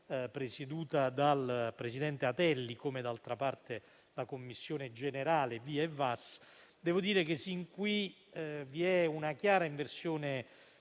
presieduta dal presidente Atelli, come d'altra parte la Commissione generale VIA-VAS. Devo dire che fin qui vi è una chiara inversione